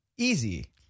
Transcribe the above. easy